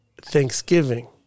thanksgiving